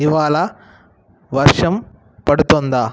ఇవాళ వర్షం పడుతోందా